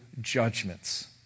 judgments